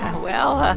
well,